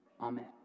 Amen